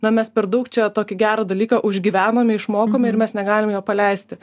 na mes per daug čia tokį gerą dalyką užgyvenom išmokom ir mes negalim jo paleisti